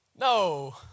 No